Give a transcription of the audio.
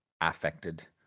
affected